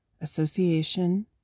association